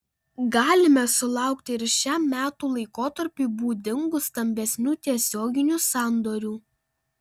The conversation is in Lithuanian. galime sulaukti ir šiam metų laikotarpiui būdingų stambesnių tiesioginių sandorių